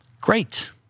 Great